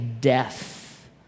death